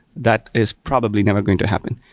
that is probably never going to happen.